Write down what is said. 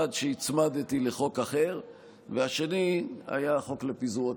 אחד שהצמדתי לחוק אחר והשני היה החוק לפיזור הכנסת,